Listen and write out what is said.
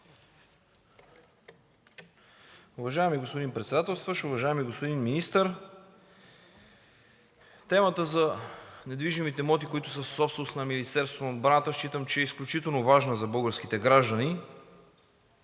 Уважаеми господин Председателстващ, уважаеми господин Министър! Темата за недвижимите имоти, които са собственост на Министерството на отбраната, считам, че е изключително важна за българските граждани